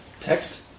text